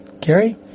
Gary